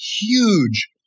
Huge